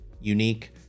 unique